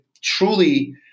truly